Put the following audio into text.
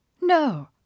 No